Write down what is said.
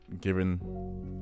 given